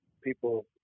people